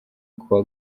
kuwa